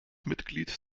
mitglied